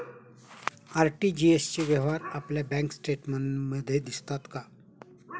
RTGS चे व्यवहार आपल्या बँक स्टेटमेंटमध्ये दिसतात का?